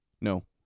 No